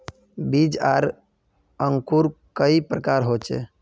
बीज आर अंकूर कई प्रकार होचे?